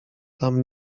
tam